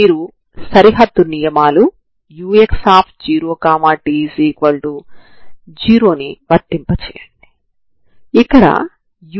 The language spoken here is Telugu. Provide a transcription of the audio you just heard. ఈ నాన్ హోమోజీనియస్ తరంగ సమీకరణం u2tt c2u2xxhxt ఈ కొత్త చరరాశులు ξx ctxct లతో ఈ విధంగా మారుతుంది